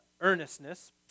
earnestness